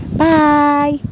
bye